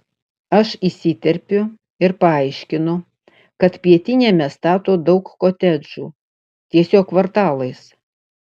aš įsiterpiu ir paaiškinu kad pietiniame stato daug kotedžų tiesiog kvartalais